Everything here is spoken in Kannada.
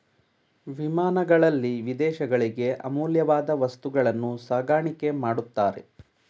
ವಿಮಾನಗಳಲ್ಲಿ ವಿದೇಶಗಳಿಗೆ ಅಮೂಲ್ಯವಾದ ವಸ್ತುಗಳನ್ನು ಸಾಗಾಣಿಕೆ ಮಾಡುತ್ತಾರೆ